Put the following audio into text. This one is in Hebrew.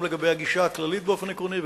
וגם לגבי הגישה הכללית באופן עקרוני,